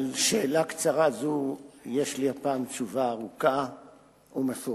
על שאלה קצרה זו יש לי הפעם תשובה ארוכה ומפורטת.